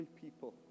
people